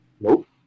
nope